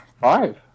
Five